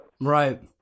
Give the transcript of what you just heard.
Right